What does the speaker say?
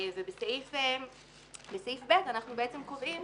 בסעיף (ב) אנחנו בעצם קובעים